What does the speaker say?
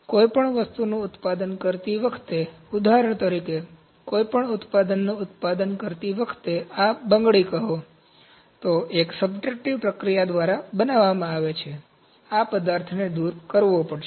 કોઈપણ વસ્તુનું ઉત્પાદન કરતી વખતે ઉદાહરણ તરીકે કોઈપણ ઉત્પાદનનું ઉત્પાદન કરતી વખતે આ બંગડી કહો તે એક સબ્ટ્રેક્ટિવ પ્રક્રિયા દ્વારા બનાવવામાં આવે છે આ પદાર્થને દૂર કરવો પડશે